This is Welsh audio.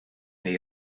neu